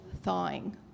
thawing